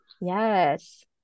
yes